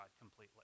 completely